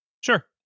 Sure